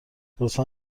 لطفا